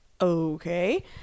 okay